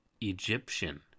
Egyptian